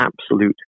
absolute